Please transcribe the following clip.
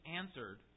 answered